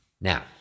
Now